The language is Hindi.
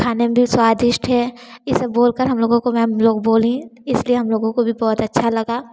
खाने में भी स्वादिष्ट है ये सब बोल कर हम लोगों को मैम लोग बोलीं इसलिए हम लोगों को भी बहुत अच्छा लगा